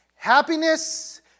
Happiness